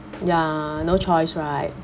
ya no choice right